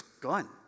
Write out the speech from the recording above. gone